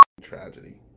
tragedy